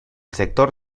sector